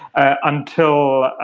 ah until